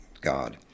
God